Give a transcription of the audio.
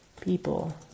people